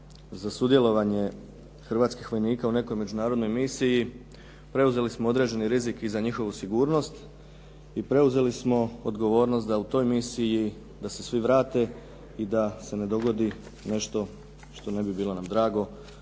za sudjelovanje hrvatskih vojnika u nekoj međunarodnoj misiji preuzeli smo određeni rizik i za njihovu sigurnost i preuzeli smo odgovornost da u toj misiji, da se svi vrate i da se ne dogodi nešto što ne bi bilo nam drago